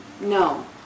No